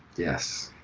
yes,